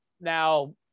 Now